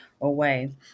away